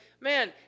man